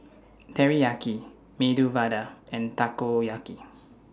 Teriyaki Medu Vada and Takoyaki